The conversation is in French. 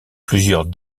plusieurs